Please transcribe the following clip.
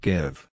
Give